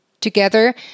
together